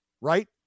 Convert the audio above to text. right